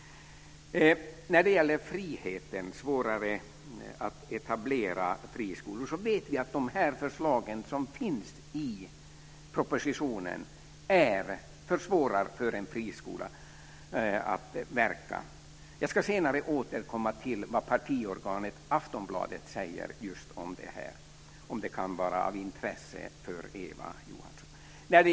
När det gäller friheten och att det skulle ha blivit svårare att etablera friskolor så vet vi att de förslag som finns i propositionen försvårar för en friskola att verka. Jag ska senare återkomma till vad partiorganet Aftonbladet säger just om det här, om det kan vara av intresse för Eva Johansson.